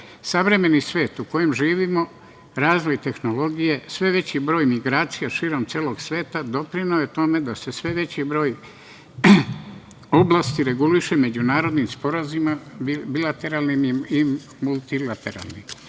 zemljama. Savremeni svet u kojem živimo, razvoj tehnologije, sve veći broj migracija širom celog sveta doprineo je tome da se sve veći broj oblasti reguliše međunarodnim sporazumima, bilateralnim i multilateralnim. Države